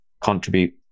contribute